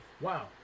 Wow